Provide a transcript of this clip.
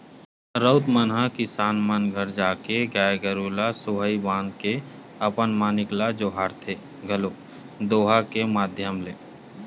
राउत मन ह किसान मन घर जाके गाय गरुवा ल सुहाई बांध के अपन मालिक ल जोहारथे घलोक दोहा के माधियम ले